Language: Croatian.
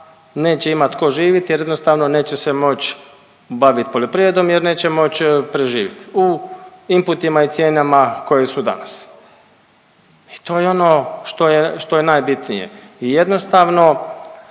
neće imati tko živit jer jednostavno neće se moći bavit poljoprivredom jer neće moći preživiti u inputima i cijenama koje su danas. I to je ono što je najbitnije. I jednostavno